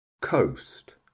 coast